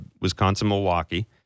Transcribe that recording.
Wisconsin-Milwaukee